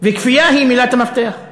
וכפייה היא מילת המפתח.